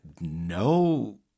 no